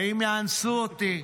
האם יאנסו אותי?